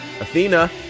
Athena